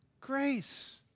grace